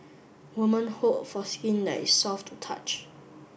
woman hope for skin that is soft to touch